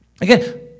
Again